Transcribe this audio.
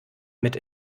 mit